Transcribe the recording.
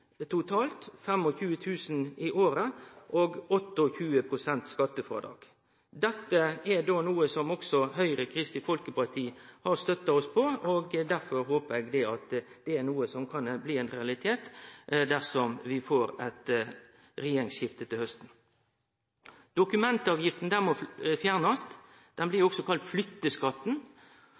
kr totalt – 25 000 kr i året og 28 pst. skattefrådrag. Dette er noko som også Høgre og Kristeleg Folkeparti har støtta oss i, og derfor håpar eg at dette kan bli ein realitet dersom vi får eit regjeringsskifte til hausten. Dokumentavgifta må fjernast. Ho blir òg kalla flytteskatten.